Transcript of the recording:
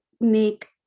make